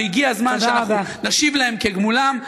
הגיע הזמן שאנחנו נשיב להם כגמולם,